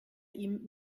ihm